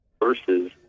versus